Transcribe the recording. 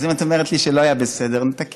אז אם את אומרת לי שלא היה בסדר, נתקן.